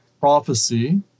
prophecy